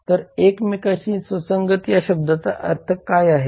तर एकमेकांशी सुसंगत या शब्दाचा अर्थ काय आहे